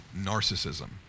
narcissism